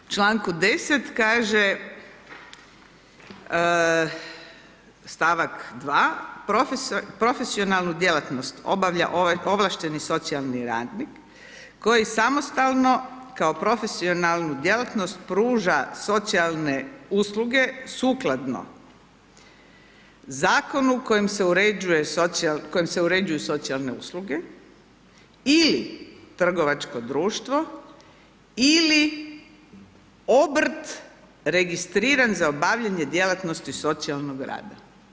U čl. 10. kaže, st. 2. profesionalnu djelatnost obavlja ovlašteni socijalni radnik koji samostalno kao profesionalnu djelatnost pruža socijalne usluge sukladno Zakonu kojim se uređuju socijalne usluge ili trgovačko društvo ili obrt registriran za obavljanje djelatnosti socijalnog rada.